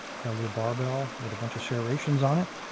got a little barbell with a bunch of serrations on it